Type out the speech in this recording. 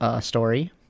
story